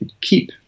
keep